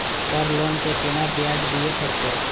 Sir loan के केना ब्याज दीये परतें?